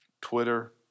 Twitter